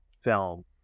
film